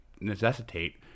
necessitate